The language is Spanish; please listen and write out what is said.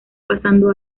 pasando